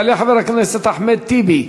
יעלה חבר הכנסת אחמד טיבי,